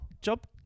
job